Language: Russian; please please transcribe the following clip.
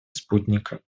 спутника